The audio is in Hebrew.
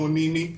אנונימי,